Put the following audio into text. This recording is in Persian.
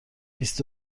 بیست